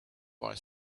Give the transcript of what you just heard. boy